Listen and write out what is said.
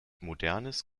modernes